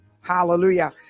Hallelujah